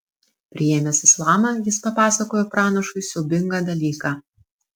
priėmęs islamą jis papasakojo pranašui siaubingą dalyką